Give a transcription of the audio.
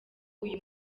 uyu